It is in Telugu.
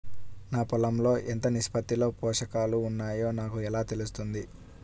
నా పొలం లో ఎంత నిష్పత్తిలో పోషకాలు వున్నాయో నాకు ఎలా తెలుస్తుంది?